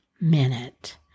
minute